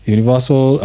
Universal